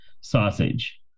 sausage